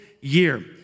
year